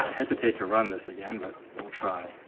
hesitate to run this again but we'll try.